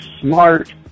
smart